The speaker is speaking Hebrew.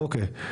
אוקיי,